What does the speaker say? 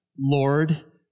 Lord